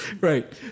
Right